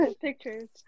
pictures